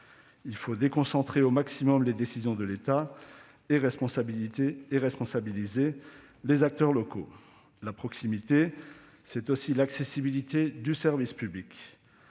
Il faut déconcentrer au maximum les décisions de l'État et responsabiliser les acteurs locaux. La proximité, c'est aussi l'accessibilité du service public.